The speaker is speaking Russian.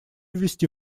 ввести